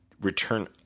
Return